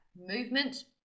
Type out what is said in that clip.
movement